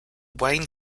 wayne